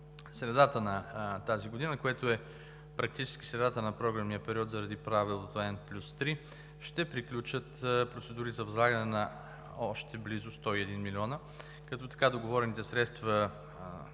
средата на тази година, което е практически средата на програмния период, заради правилото n+3, ще приключат процедури за възлагане на още близо 101 млн. лв., като така договорените средства